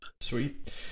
sweet